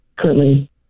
currently